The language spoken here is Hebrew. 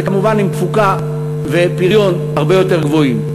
אז זה כמובן עם תפוקה ופריון הרבה יותר גבוהים.